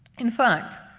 in fact,